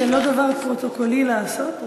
זה לא דבר פרוטוקולי לעשות,